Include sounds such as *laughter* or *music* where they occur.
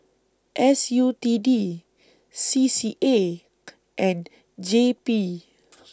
S U T D C C A and J P *noise*